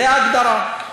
זו ההגדרה.